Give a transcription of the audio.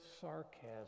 sarcasm